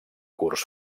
curs